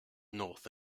north